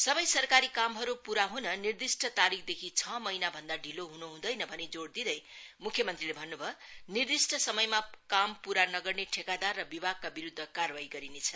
सबै सरकारी कामहरू पूरा ह्न निर्दिष्ठ तारिख देखि छ महिना भन्दा ढिलो ह्नुहूँदैन भनी जोड़ दिँदै म्ख्य मंत्रीले भन्न्भयो निर्दिष्ठ समयमा काम प्रा नगर्ने ठेकादार र विभागका विरुद्ध कारवाही गरिनेछ